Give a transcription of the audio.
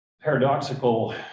paradoxical